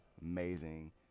amazing